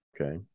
okay